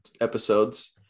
episodes